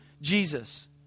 Jesus